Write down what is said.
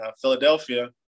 Philadelphia